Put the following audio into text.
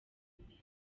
imbere